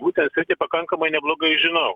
būtent sritį pakankamai neblogai žinau